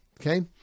Okay